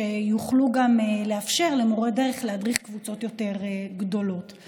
שיוכלו לאפשר למורי הדרך להדריך קבוצות גדולות יותר.